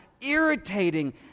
irritating